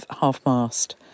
half-mast